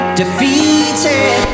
defeated